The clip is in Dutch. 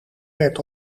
werd